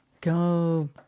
go